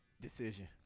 Decision